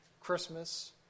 Christmas